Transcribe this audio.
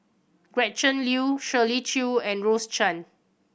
Gretchen Liu Shirley Chew and Rose Chan